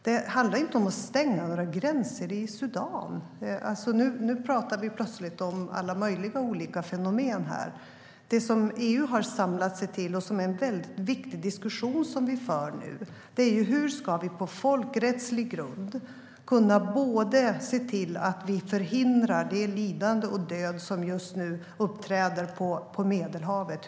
Det handlar inte om att stänga några gränser i Sudan. Nu talar vi plötsligt om alla möjliga olika fenomen här. Det som EU har samlat sig till och det som är en viktig diskussion som vi för nu handlar om hur vi på folkrättslig grund ska kunna se till att förhindra det lidande och den död som just nu utspelar sig på Medelhavet.